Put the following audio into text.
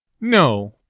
No